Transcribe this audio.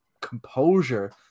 composure